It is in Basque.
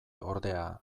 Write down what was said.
ordea